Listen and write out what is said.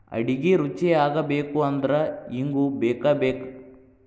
ಅಡಿಗಿ ರುಚಿಯಾಗಬೇಕು ಅಂದ್ರ ಇಂಗು ಬೇಕಬೇಕ